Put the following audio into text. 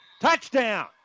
touchdown